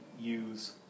use